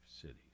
cities